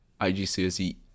IGCSE